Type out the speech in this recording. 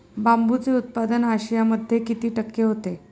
बांबूचे उत्पादन आशियामध्ये किती टक्के होते?